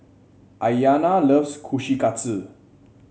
Aiyana loves Kushikatsu